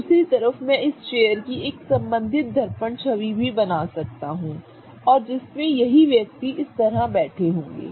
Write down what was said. दूसरी तरफ मैं इस चेयर की एक संबंधित दर्पण छवि भी बना सकता हूं और जिसमें यही व्यक्ति इस तरह बैठे होंगे